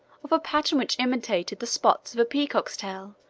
of a pattern which imitated the spots of a peacock's tail,